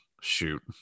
shoot